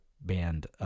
band